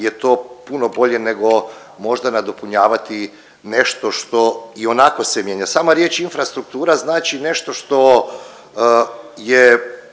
je to puno bolje nego možda nadopunjavati nešto što ionako se mijenja. Sama riječ infrastruktura znači nešto što je